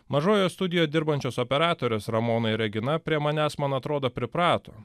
mažojoje studijoje dirbančios operatorės ramona ir regina prie manęs man atrodo priprato